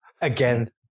again